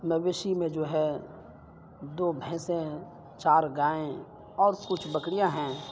مویشی میں جو ہے دو بھینسیں چار گائیں اور کچھ بکریاں ہیں